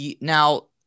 Now